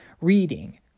reading